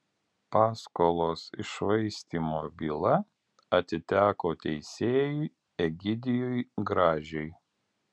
paskolos iššvaistymo byla atiteko teisėjui egidijui gražiui